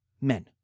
men